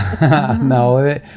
No